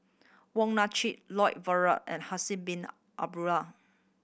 Wong Nai Chin Lloyd Valberg and Haslir Bin